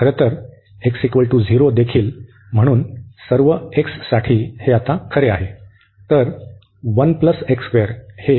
खरं तर x 0 देखील म्हणून सर्व साठी हे आता खरे आहे